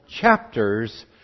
chapters